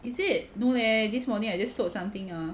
is it no leh this morning I just sold something ah